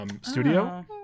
studio